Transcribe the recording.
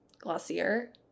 glossier